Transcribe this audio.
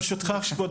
ברשותך כבוד